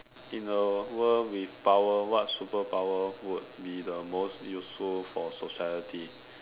in a world with power what super power would be the most useful for society